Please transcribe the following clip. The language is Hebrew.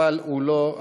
אבל הוא לא,